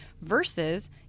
versus